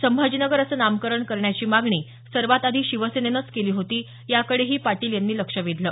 संभाजीनगर असं नामकरण करण्याची मागणी सर्वात आधी शिवसेनेनंच केली होती याकडेही पाटील यांनी लक्ष वेधलं